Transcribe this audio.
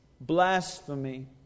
Blasphemy